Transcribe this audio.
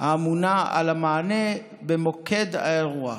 אמונה על המענה במוקד האירוע,